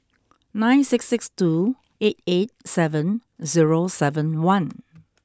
nine six six two eight eight seven zero seven one